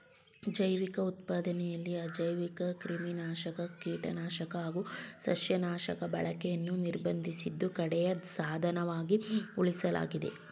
ಜೈವಿಕ ಉತ್ಪಾದನೆಲಿ ಅಜೈವಿಕಕ್ರಿಮಿನಾಶಕ ಕೀಟನಾಶಕ ಹಾಗು ಸಸ್ಯನಾಶಕ ಬಳಕೆನ ನಿರ್ಬಂಧಿಸಿದ್ದು ಕಡೆಯ ಸಾಧನವಾಗಿ ಉಳಿಸಲಾಗಿದೆ